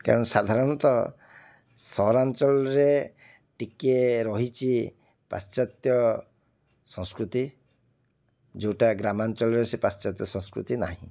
ତେଣୁ ସାଧାରଣତଃ ସହରାଞ୍ଚଳରେ ଟିକିଏ ରହିଛି ପାଶ୍ଚାତ୍ୟ ସଂସ୍କୃତି ଯେଉଁଟା ଗ୍ରାମାଞ୍ଚଳରେ ସେ ପାଶ୍ଚାତ୍ୟ ସଂସ୍କୃତି ନାହିଁ